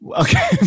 Okay